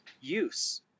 use